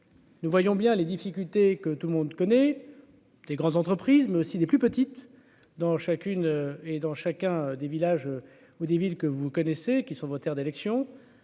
Nous voyons bien les difficultés que tout le monde connaît des grandes entreprises, mais aussi des plus petites, dans chacune, et dans chacun des villages ou des villes que vous connaissez, qui sont vos Terres d'élection